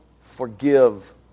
forgive